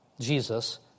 Jesus